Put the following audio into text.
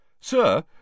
Sir